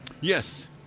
Yes